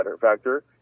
factor